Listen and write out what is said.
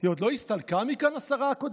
"היא עוד לא הסתלקה מכאן, השרה הקודמת?